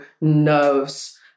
nerves